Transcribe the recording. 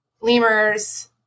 lemurs